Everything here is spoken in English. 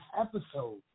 episode